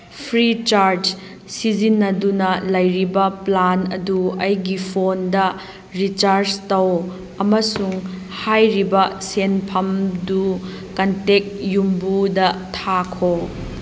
free charge ꯁꯤꯖꯤꯟꯅꯗꯨꯅ ꯂꯩꯔꯤꯕ plan ꯑꯗꯨ ꯑꯩꯒꯤ ꯐꯣꯟꯗ ꯔꯤꯆꯥꯔꯖ ꯇꯧ ꯑꯃꯁꯨꯡ ꯍꯥꯏꯔꯤꯕ ꯁꯦꯟꯐꯝꯗꯨ ꯀꯟꯇꯦꯛ ꯌꯨꯝꯕꯨꯗ ꯊꯥꯈꯣ